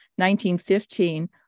1915